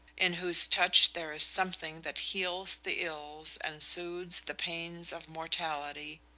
in whose touch there is something that heals the ills and soothes the pains of mortality,